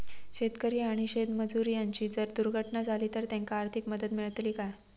शेतकरी आणि शेतमजूर यांची जर दुर्घटना झाली तर त्यांका आर्थिक मदत मिळतली काय?